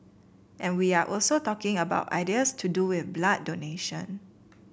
and we are also talking about ideas to do with blood donation